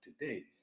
today